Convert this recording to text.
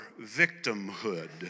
victimhood